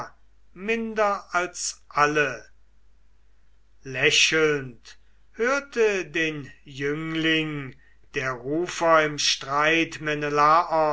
minder als alle lächelnd hörte den jüngling der rufer im streit